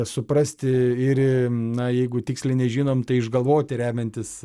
suprasti ir na jeigu tiksliai nežinom tai išgalvoti remiantis